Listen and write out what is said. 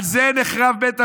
על זה נחרב בית המקדש.